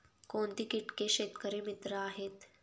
कोणती किटके शेतकरी मित्र आहेत?